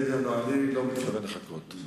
אני לא מתכוון לחכות.